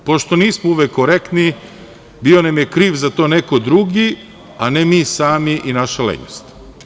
Pošto nismo uvek korektni, bio je nam je kriv za to neko drugi, a ne mi sami i naša lenjost.